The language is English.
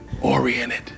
oriented